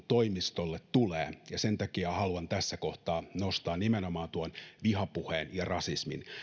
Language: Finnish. toimistolle tulee ja sen takia haluan tässä kohtaa nostaa nimenomaan tuon vihapuheen ja rasismin